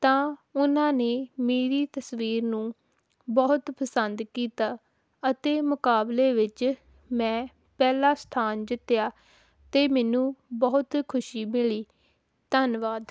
ਤਾਂ ਉਹਨਾਂ ਨੇ ਮੇਰੀ ਤਸਵੀਰ ਨੂੰ ਬਹੁਤ ਪਸੰਦ ਕੀਤਾ ਅਤੇ ਮੁਕਾਬਲੇ ਵਿੱਚ ਮੈਂ ਪਹਿਲਾ ਸਥਾਨ ਜਿੱਤਿਆ ਅਤੇ ਮੈਨੂੰ ਬਹੁਤ ਖੁਸ਼ੀ ਮਿਲੀ ਧੰਨਵਾਦ